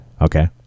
Okay